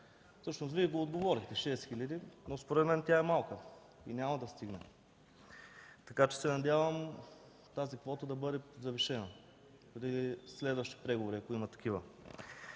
Вие отговорихте – шест хиляди, но според тях е малка и няма да стигне. Така че се надявам тази квота да бъде завишена при следващи преговори, ако има такива.